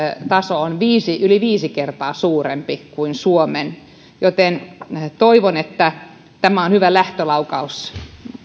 taso on yli viisi kertaa suurempi kuin suomen joten toivon että tämä on hyvä lähtölaukaus